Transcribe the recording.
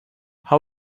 how